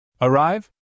Arrive